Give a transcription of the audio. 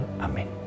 Amén